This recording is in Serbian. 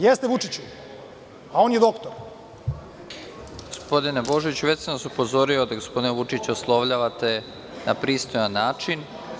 Jeste Vučiću, a on je doktor. (Predsednik: Gospodine Božoviću, već sam vas upozorio da gospodina Vučića oslovljavate na pristojan način.